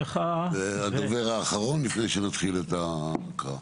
הדובר האחרון לפני שנתחיל את ההקראה.